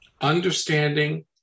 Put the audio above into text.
Understanding